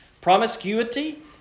promiscuity